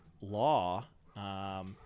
law